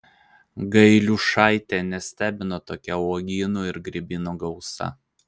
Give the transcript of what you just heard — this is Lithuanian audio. gailiušaitę nestebino tokia uogynų ir grybynų gausa